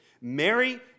Mary